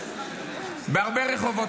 בהרבה רחובות,